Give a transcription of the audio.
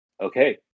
Okay